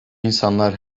insanlar